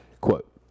Quote